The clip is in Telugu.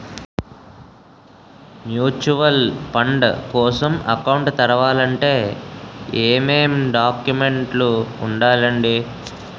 మ్యూచువల్ ఫండ్ కోసం అకౌంట్ తెరవాలంటే ఏమేం డాక్యుమెంట్లు ఉండాలండీ?